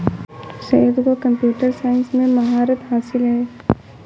सैयद को computer science में महारत हासिल है